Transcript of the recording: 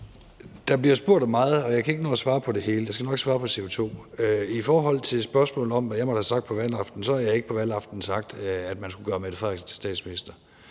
Der bliver spurgt om meget, og jeg kan ikke nå at svare på det hele. Jeg skal nok svare på CO2. I forhold til spørgsmålet om, hvad jeg måtte have sagt på valgaftenen, har jeg ikke på valgaftenen sagt, at man skulle gøre Mette Frederiksen til statsminister.